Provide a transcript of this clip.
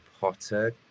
potter